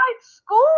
school